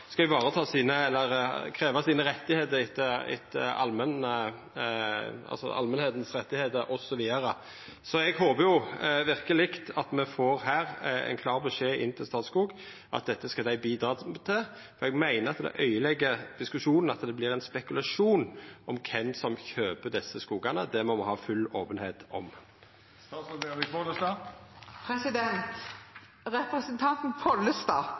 Så eg håper verkeleg at Statskog her får ein klar beskjed om at dette skal dei bidra til. Eg meiner det øydelegg diskusjonen at det vert ein spekulasjon om kven som kjøper desse skogane. Det må me ha full openheit om.